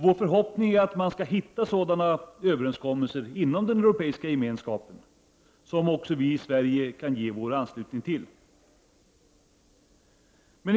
Vår förhoppning är att man skall hitta sådana överenskommelser inom den europeiska gemenskapen att också vi i Sverige kan ansluta oss till dem.